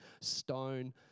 stone